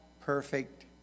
perfect